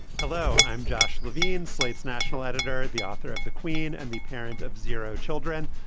hello i'm josh levine slate's national editor. the author of the queen and the parents of zero children.